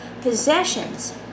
possessions